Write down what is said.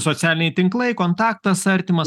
socialiniai tinklai kontaktas artimas